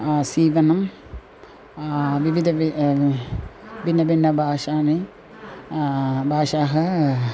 सीवनं विविध व् भिन्न भिन्न भाषाः भाषाः